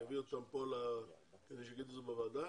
אני אביא אותם כדי שיגידו את זה בוועדה,